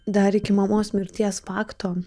dar iki mamos mirties fakto